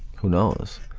who knows.